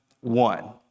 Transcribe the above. one